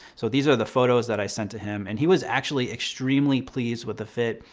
so these are the photos that i sent to him and he was actually extremely pleased with the fit.